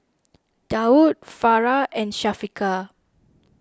Daud Farah and Syafiqah